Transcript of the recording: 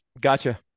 Gotcha